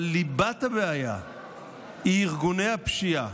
אבל ליבת הבעיה היא ארגוני הפשיעה,